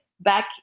back